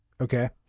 Okay